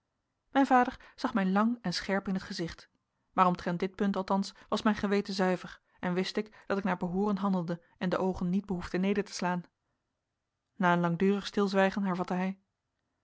mijn vader zag mij lang en scherp in t gezicht maar omtrent dit punt althans was mijn geweten zuiver en wist ik dat ik naar behooren handelde en de oogen niet behoefde neder te slaan na een langdurig stilzwijgen hervatte hij